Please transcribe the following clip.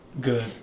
good